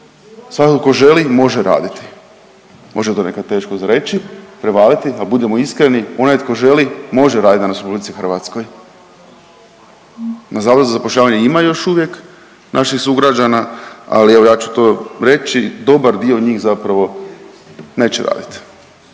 svako ko želi može raditi. Možda je to nekad teško za reći, prevaliti, al budimo iskreni onaj tko želi može raditi danas u RH. Na zavodu za zapošljavanje ima još uvijek naših sugrađana, ali evo ja ću to reći dobar dio njih zapravo neće radit.